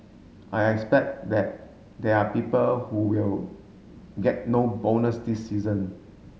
I expect that there are people who will get no bonus this season